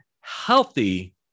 healthy